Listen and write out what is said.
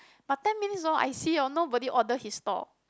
but ten minutes hor I see hor nobody order his stall